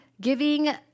giving